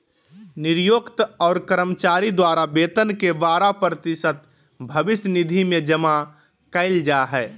नियोक्त और कर्मचारी द्वारा वेतन के बारह प्रतिशत भविष्य निधि में जमा कइल जा हइ